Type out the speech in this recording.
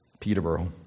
Peterborough